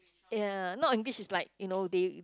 ya not English is like you know they